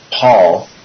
Paul